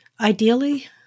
Ideally